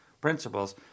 principles